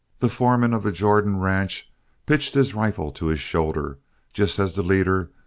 the foreman of the jordan ranch pitched his rifle to his shoulder just as the leader,